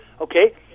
okay